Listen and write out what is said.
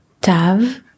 Tav